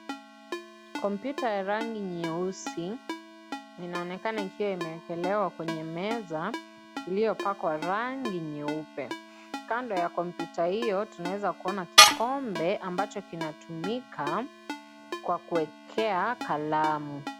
Kompyuta ya rangi nyeusi, inaonekana ikiwa imewekelewa kwenye meza iliyopakwa rangi nyeupe. Kando ya kompyuta hiyo, tunaweza kuona kikombe ambacho kinatumika kwa kuwekea kalamu.